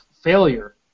failure